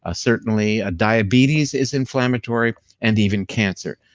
ah certainly diabetes is inflammatory and even cancer.